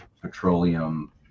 petroleum